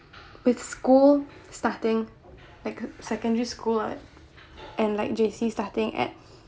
with school starting like secondary school up and like J_C starting at